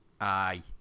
Aye